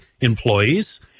employees